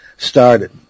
started